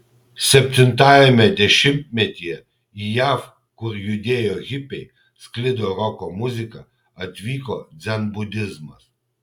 septintajame dešimtmetyje į jav kur judėjo hipiai sklido roko muzika atvyko dzenbudizmas